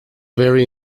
very